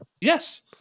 Yes